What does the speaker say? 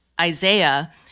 Isaiah